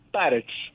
parrots